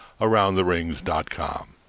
AroundTheRings.com